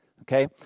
Okay